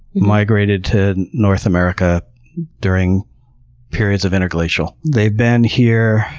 migrated to north america during periods of interglacial. they've been here